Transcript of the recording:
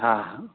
हा